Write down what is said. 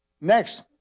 Next